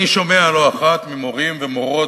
אני שומע לא אחת ממורים ומורות,